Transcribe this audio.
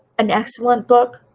an excellent book,